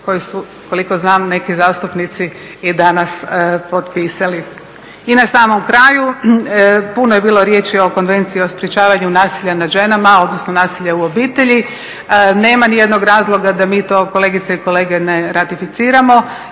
koju su koliko znam neki zastupnici i danas potpisali. I na samom kraju, puno je bilo riječi o Konvenciji o sprečavanju nasilja nad ženama, odnosno nasilja u obitelji. Nema nijednog razloga da mi to, kolegice i kolege, ne ratificiramo.